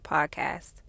Podcast